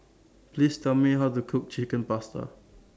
Please Tell Me How to Cook Chicken Pasta